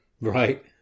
Right